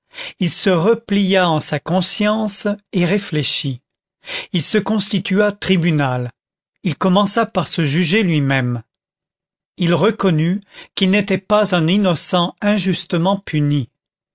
il se replia en sa conscience et réfléchit il se constitua tribunal il commença par se juger lui-même il reconnut qu'il n'était pas un innocent injustement puni